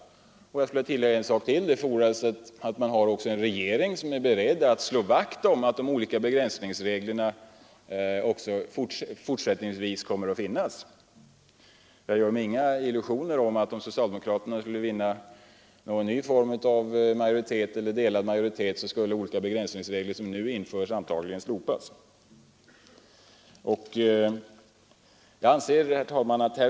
Jag vill tillägga att det också fordras en regering som är beredd att slå vakt om att begränsningsregler även fortsättningsvis kommer att finnas. Jag gör mig inga illusioner. Om socialdemokraterna skulle vinna någon ny form av majoritet eller med vpk delad majoritet skulle de olika begränsningsregler som nu finns antagligen slopas. Herr talman!